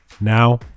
Now